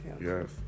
Yes